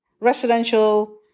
residential